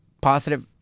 positive